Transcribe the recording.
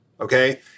Okay